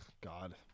God